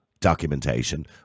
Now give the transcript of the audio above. documentation